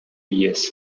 years